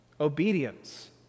Obedience